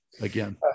again